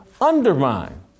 undermine